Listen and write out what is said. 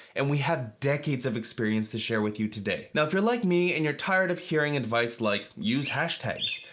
and we have decades of experience to share with you today. now, if you're like me and you're tired of hearing advice like use hashtags,